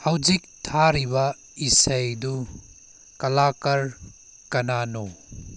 ꯍꯧꯖꯤꯛ ꯊꯥꯔꯤꯕ ꯏꯁꯩꯗꯨ ꯀꯂꯥꯀꯥꯔ ꯀꯅꯥꯅꯣ